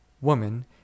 Woman